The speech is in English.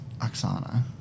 Oksana